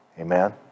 Amen